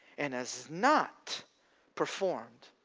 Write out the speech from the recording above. and has not performed